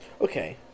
Okay